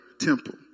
temple